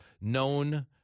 known